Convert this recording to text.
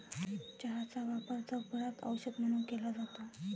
चहाचा वापर जगभरात औषध म्हणून केला जातो